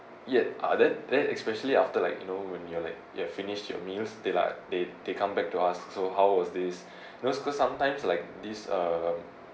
yet ah then then especially after like you know when you're like you're finished your meals they like they they come back to ask so how was this you know because sometimes like this uh